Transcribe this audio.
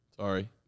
Sorry